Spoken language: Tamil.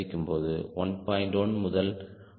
1 முதல் 1